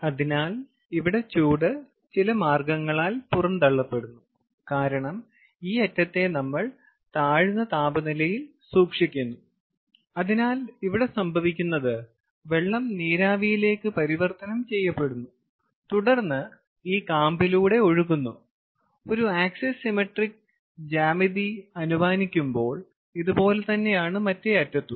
അതിനാൽ ഇവിടെ ചൂട് ചില മാർഗ്ഗങ്ങളാൽ പുറന്തള്ളപ്പെടുന്നു കാരണം ഈ അറ്റത്തെ നമ്മൾ താഴ്ന്ന താപനിലയിൽ സൂക്ഷിക്കുന്നു അതിനാൽ ഇവിടെ സംഭവിക്കുന്നത് വെള്ളം നീരാവിയിലേക്ക് പരിവർത്തനം ചെയ്യപ്പെടുന്നു തുടർന്ന് ഈ കാമ്പിലൂടെ ഒഴുകുന്നു ഒരു ആക്സിസിമെട്രിക് ജ്യാമിതി അനുമാനിക്കുമ്പോൾ ഇതുപോലെ തന്നെയാണ് മറ്റേ അറ്റത്തും